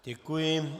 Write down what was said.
Děkuji.